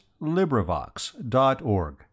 LibriVox.org